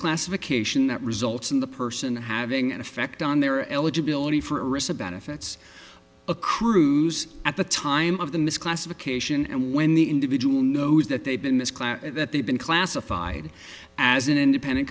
classification that results in the person having an effect on their eligibility for receive benefits a cruise at the time of the misclassification and when the individual knows that they've been this class that they've been classified as an independent